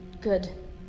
Good